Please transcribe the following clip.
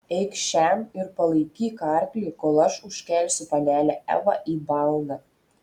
eikš šen ir palaikyk arklį kol aš užkelsiu panelę evą į balną